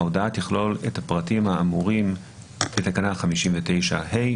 ההודעה תכלול את הפרטים האמורים בתקנות 59ד ו-59ה,